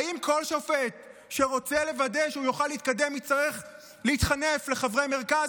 האם כל שופט שרוצה לוודא שיוכל להתקדם יצטרך להתחנף לחברי מרכז,